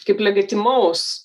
kaip legitimaus